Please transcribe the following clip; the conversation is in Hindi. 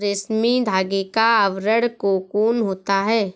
रेशमी धागे का आवरण कोकून होता है